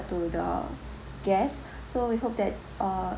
to the guest so we hope that err